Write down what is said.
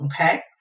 okay